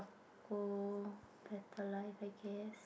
oh better lah in that case